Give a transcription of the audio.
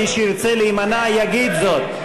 מי שירצה להימנע, יגיד זאת.